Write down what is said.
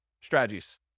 strategies